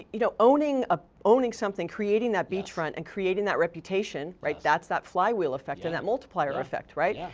you know owning ah owning something, creating that beachfront and creating that reputation, right? that's that flywheel effect and that multiplier effect, right? yeah.